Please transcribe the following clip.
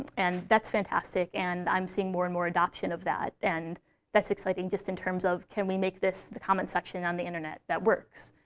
and that's fantastic, and i'm seeing more and more adoption of that. and that's exciting, just in terms of, can we make this the comment section on the internet that works?